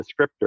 descriptor